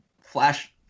flash –